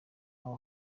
aho